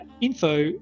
info